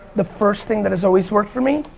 the first thing that has always worked for me